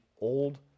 old